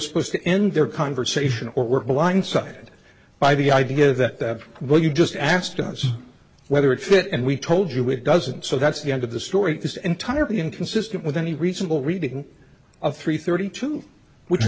supposed to end their conversation or were blindsided by the idea that what you just asked us whether it fit and we told you it doesn't so that's the end of the story is entirely inconsistent with any reasonable reading of three thirty two which is